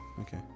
okay